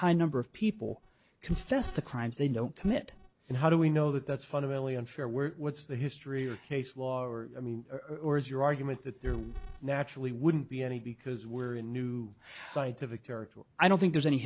high number of people confess to crimes they don't commit and how do we know that that's fundamentally unfair were what's the history or case law or i mean or is your argument that there are naturally wouldn't be any because we're in new scientific territory i don't think there's any